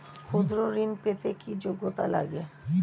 ক্ষুদ্র ঋণ পেতে কি যোগ্যতা লাগে?